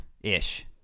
Ish